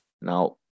Now